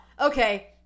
okay